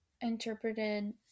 interpreted